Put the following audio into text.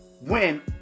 win